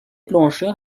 plongeurs